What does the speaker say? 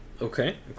Okay